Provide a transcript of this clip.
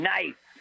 Nice